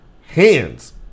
hands